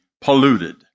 polluted